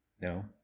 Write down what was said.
No